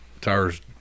tires